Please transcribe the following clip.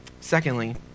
Secondly